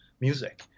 music